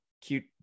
cute